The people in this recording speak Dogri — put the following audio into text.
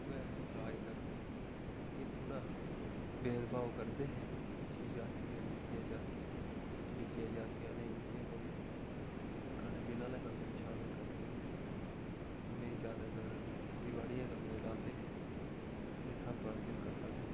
उ'यै राज करदे हे इयां थोह्ड़ा भेदभाव करदे हे उच्चियां जाति दे निक्कियां जाति दे निक्कियां जातियां आह्लें गी निहे कोई खाने पीने आह्लला कम्मै च शामल करदे ओ उ'नेंगी ज्यादातर खेतीबाड़ी दा कम्मै च लांदे हे इस स्हाबै दा जेह्का साढ़ा